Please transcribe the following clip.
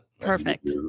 Perfect